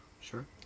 Sure